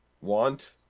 want